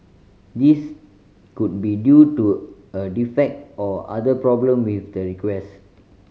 this could be due to a defect or other problem with the request